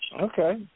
Okay